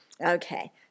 Okay